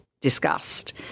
discussed